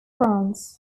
france